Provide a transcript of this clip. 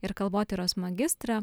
ir kalbotyros magistrą